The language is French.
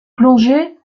plonger